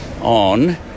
on